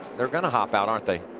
they're going to hop out aren't they.